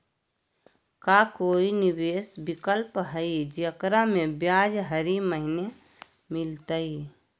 का कोई निवेस विकल्प हई, जेकरा में ब्याज हरी महीने मिलतई?